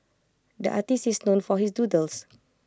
the artist is known for his doodles